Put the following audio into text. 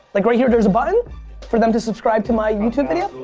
like right here, there's a button for them to subscribe to my youtube video?